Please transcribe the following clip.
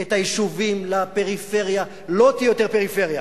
את היישובים לפריפריה, לא תהיה יותר פריפריה.